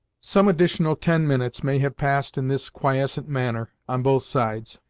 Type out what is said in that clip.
some additional ten minutes may have passed in this quiescent manner, on both sides,